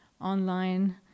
online